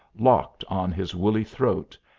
locked on his woolly throat,